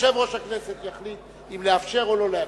יושב-ראש הכנסת יחליט אם לאפשר או לא לאפשר.